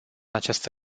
această